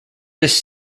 this